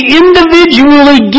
individually